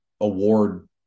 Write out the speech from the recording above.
award